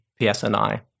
psni